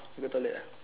you go toilet ah